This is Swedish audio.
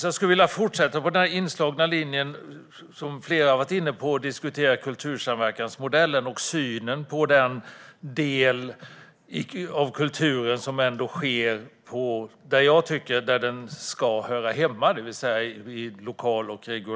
Jag vill fortsätta på den linje som flera andra varit inne på, nämligen kultursamverkansmodellen och synen på den del av kulturen som sker på lokalt och regionalt plan, där den enligt min mening hör hemma.